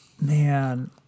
Man